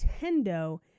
Nintendo